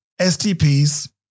STPs